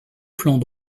flanc